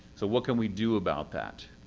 so what can we do about that?